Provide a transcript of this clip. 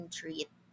treat